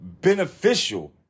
beneficial